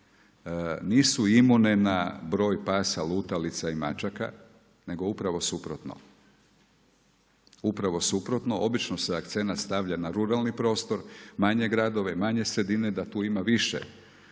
nisu imune na broj pasa lutalica i mačaka, nego upravo suprotno. Upravo suprotno. Obično se akcenat stavlja na ruralni prostor, manje gradove, manje sredine da tu ima više